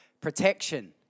protection